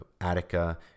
Attica